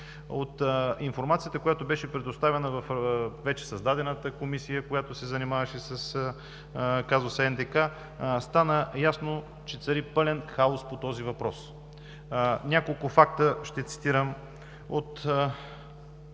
От информацията, която беше предоставена във вече създадената комисия, която се занимаваше с казуса НДК, стана ясно, че цари пълен хаос по този въпрос. Няколко факта ще цитирам от